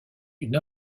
une